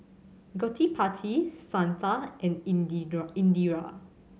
Gottipati Santha and Indira